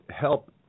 help